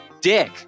dick